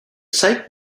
site